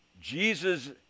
Jesus